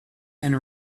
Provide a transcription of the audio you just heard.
and